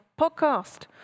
podcast